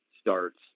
starts